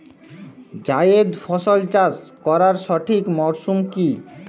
জায়েদ ফসল চাষ করার সঠিক মরশুম কি?